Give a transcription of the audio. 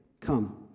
Come